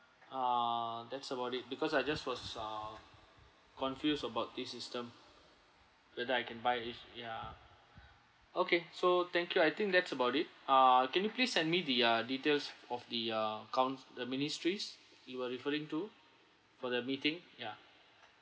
ah that's about it because I just was ah confused about this system whether I can buy H~ ya okay so thank you I think that's about it ah can you please send me the uh details of the uh counc~ the ministries you were referring to for the meeting ya